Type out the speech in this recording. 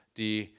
die